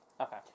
Okay